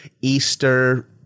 Easter